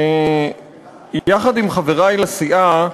יחד עם חברי לסיעה,